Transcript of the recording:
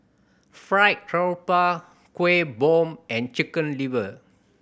fried grouper Kueh Bom and Chicken Liver